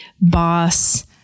boss